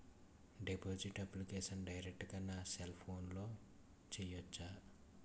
Deposit application direct గా నా cell ఫోన్లో చెయ్యచా?